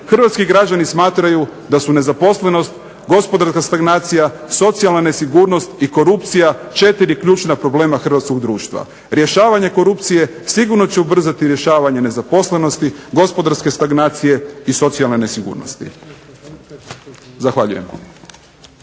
Hrvatski građani smatraju da su nezaposlenost, gospodarska stagnacija, socijalna nesigurnost i korupcija 4 ključna problema hrvatskog društva. Rješavanje korupcije sigurno će ubrzati rješavanje nezaposlenosti, gospodarske stagnacije i socijalne nesigurnosti. Zahvaljujem.